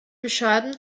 bescheiden